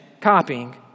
copying